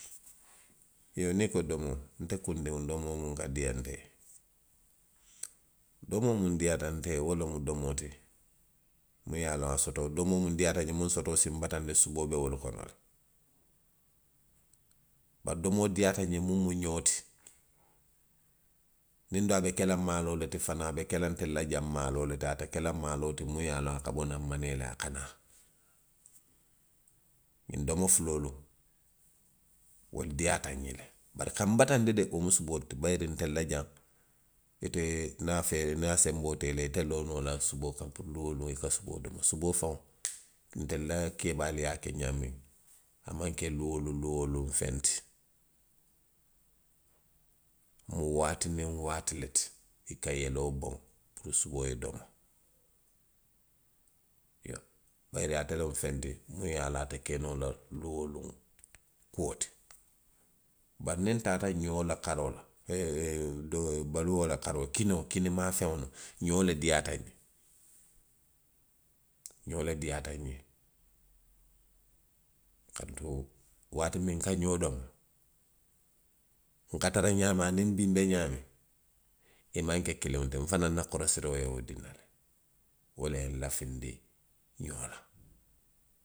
Iyoo, niŋ i ko domoo. nte kundiŋ domoo muŋ ka diiyaa nňe. Domoo miŋ diiyaata nte ye wo lemu doo ti domoo ti. miŋ ye a loŋ a sotoo, domoo miŋ diiyaata nňe muŋ sotoo si nbataandi, suboo be wolu le kono le. Bari domoo diiyaata nňe miŋ mu ňoo ti, niŋ duŋ a be ke la maaloo le ti fanaŋ, a be ntelu jaŋ maaloo le ti, ate ke la maaloo ti muŋ ye a loŋ a ka bo naŋ manee le a ka naa. ňiŋ domo fuloolu, wolu diiyaata nňe le. Bari, ka nbataandi de, wo mu suboo le ti, bayiri ntelu la jaŋ. ite. niŋ a fee, niŋ a senboo te i la. ite loo noo la suboo kaŋ niŋ luŋ woo luŋ i ka suboo domo. Parisiko. suboo faŋo, ntelu la keebaalu ye a ke ňaamiŋ, a maŋ ke luŋ woo luŋ, luŋ woo luŋ feŋ ti. A mu waati niŋ waati le ti. I ka yeloo boŋ, puru suboo ye domo. Iyoo, ate loŋ feŋ ti miŋ ye a loŋ ate ke noo la luŋ woo luŋ kuo ti. Bari niŋ ntaata ňoo la karoo la, ee,, baluola karoo la, kinoo, kinimaa feŋo, ňoo le diiyaata nňe. ňoo le diiyaata nňe. Kaatu waati miŋ nka ňoo domo. nka tara ňaamiŋ aniŋ bii nbe ňaamiŋ. i maŋ ke kiliŋo ti, nfanaŋ na korosiroo ye wo dii nna le, wo le ye nlafindi ňoo la.